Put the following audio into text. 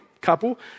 couple